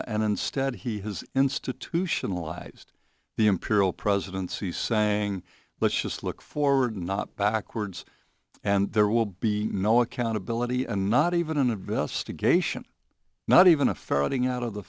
a and instead he has institutionalized the imperial presidency saying let's just look forward not backwards and there will be no accountability and not even an investigation not even a